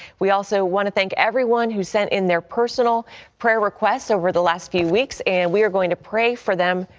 we also want to thank everyone who sent in their personal prayer requests over the last few weeks and we're going to pray for them.